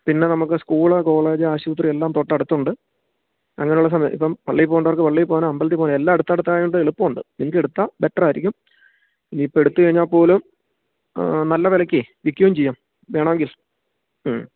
പിന്നെ നമുക്ക് school college ആശുപത്രി എല്ലാം തൊട്ടടുത്ത് ഉണ്ട് അങ്ങനെയുള്ള ഇപ്പം പള്ളിയിൽ പോകേണ്ടവർക്ക് പള്ളിയിൽ പോകാനും അമ്പലത്തിൽ പോവാനും എല്ലാം അടുത്തടുത്തായതുകൊണ്ട് എളുപ്പമുണ്ട് നിങ്ങൾക്ക് എടുത്താൽ ബെറ്റർ ആയിരിക്കും ഇനിയിപ്പം എടുത്ത് കഴിഞ്ഞാൽപോലും നല്ല വിലയ്ക്ക് വിൽക്കുകയും ചെയ്യാം വേണമെങ്കിൽ മ്